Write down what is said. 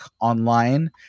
online